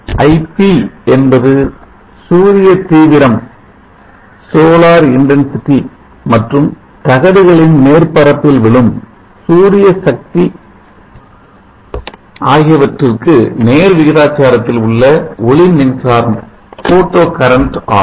ip IP என்பது சூரிய தீவிரம் மற்றும் தகடுகளின் மேற்பரப்பில் விழும் சூரிய சக்தி ஆகியவற்றிற்கு நேர் விகிதாச்சாரத்தில் உள்ள ஒளி மின்சாரம் ஆகும்